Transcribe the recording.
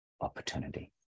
opportunity